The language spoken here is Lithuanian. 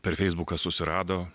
per feisbuką susirado